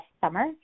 summer